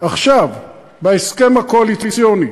עכשיו בהסכם הקואליציוני